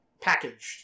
packaged